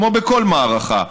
כמו בכל מערכה,